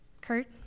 Kurt